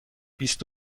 بیست